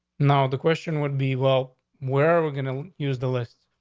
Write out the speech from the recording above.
now, the question would be, well, where we're gonna use the list.